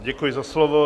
Děkuji za slovo.